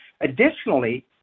Additionally